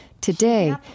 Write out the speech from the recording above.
Today